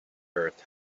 earth